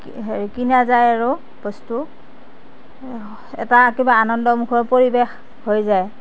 হেৰি কিনা যায় আৰু বস্তু এটা কিবা আনন্দমুখৰ পৰিৱেশ হৈ যায়